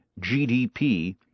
GDP